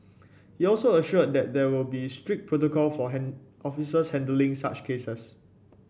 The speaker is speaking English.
he also assured that there will be strict protocol for officers handling such cases